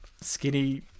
skinny